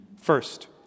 First